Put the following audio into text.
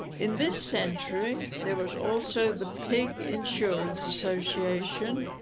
in this century there was also the pig insurance association.